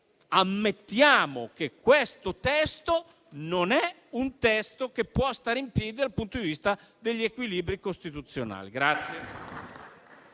e ammettiamo che questo testo non può stare in piedi dal punto di vista degli equilibri costituzionali.